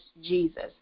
Jesus